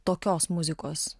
tokios muzikos